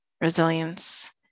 resilience